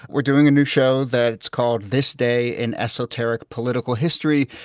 we're doing a new show that's called this day in esoteric political history.